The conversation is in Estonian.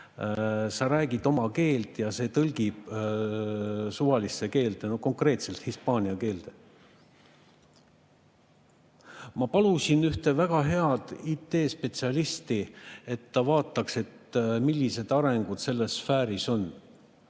sa räägid oma keelt ja see tõlgib suvalisse keelde, konkreetselt hispaania keelde. Ma palusin ühte väga head IT-spetsialisti, et ta vaataks, millised arengud on selles sfääris.